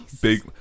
Big